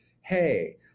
Hey